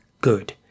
good